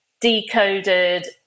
decoded